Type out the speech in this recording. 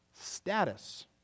status